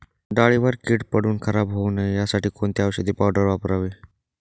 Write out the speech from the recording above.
डाळीवर कीड पडून खराब होऊ नये यासाठी कोणती औषधी पावडर वापरावी?